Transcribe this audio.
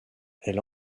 elle